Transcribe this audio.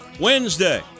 Wednesday